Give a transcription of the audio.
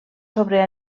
sobre